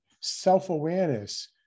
self-awareness